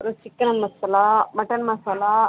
அப்புறம் chicken masala mutton masala